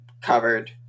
covered